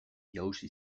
jausi